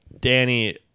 Danny